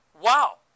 Wow